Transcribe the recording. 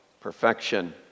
perfection